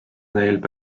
neil